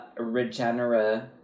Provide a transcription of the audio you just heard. Regenera